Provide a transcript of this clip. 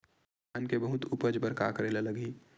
धान के बहुत उपज बर का करेला लगही?